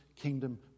kingdom